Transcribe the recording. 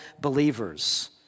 believers